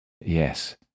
Yes